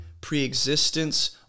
preexistence